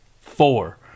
Four